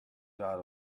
dot